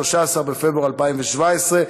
13 בפברואר 2017,